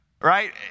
right